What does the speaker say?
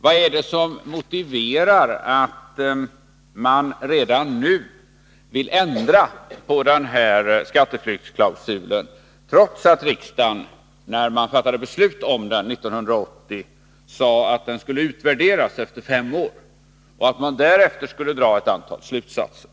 Vad är det som motiverar en ändring av skatteflyktsklausulen redan nu? Riksdagen har ju, när beslut om denna klausul fattades 1980, sagt att den skulle utvärderas efter fem år och att man därefter skulle dra ett antal slutsatser.